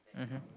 mmhmm